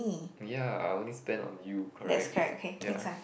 ya I only spend on you correct ya